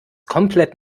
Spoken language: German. komplett